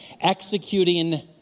executing